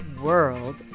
world